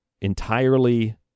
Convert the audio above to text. entirely